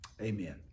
Amen